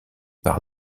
par